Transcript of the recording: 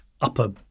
upper